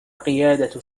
قيادة